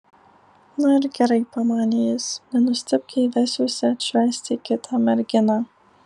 na ir gerai pamanė jis nenustebk jei vesiuosi atšvęsti kitą merginą